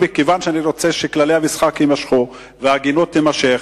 כיוון שאני רוצה שכללי המשחק יימשכו וההגינות תימשך,